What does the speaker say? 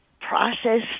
process